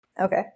Okay